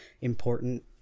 important